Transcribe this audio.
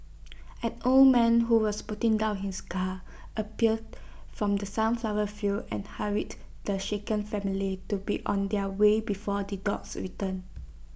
an old man who was putting down his gun appeared from the sunflower fields and hurried the shaken family to be on their way before the dogs return